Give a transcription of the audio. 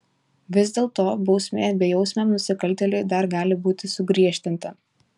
vis dėlto bausmė bejausmiam nusikaltėliui dar gali būti sugriežtinta